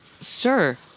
Sir